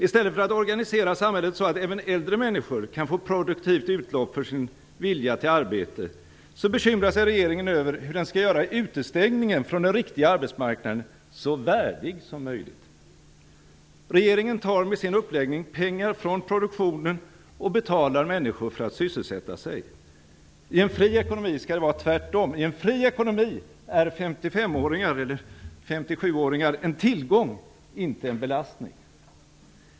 I stället för att organisera samhället, så att även äldre människor kan få produktivt utlopp för sin vilja till arbete, bekymrar sig regeringen över hur den skall göra utestängningen från den riktiga arbetsmarknaden så värdig som möjligt. Regeringen tar med sin uppläggning pengar från produktionen och betalar människor för att sysselsätta sig. I en fri ekonomi skall det vara tvärtom. I en fri ekonomi är 55 eller 57-åringar en tillgång, inte en belastning.